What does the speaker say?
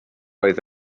oedd